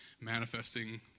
manifesting